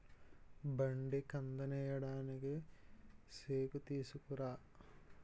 బండికి కందినేయడానికి సేకుతీసుకురా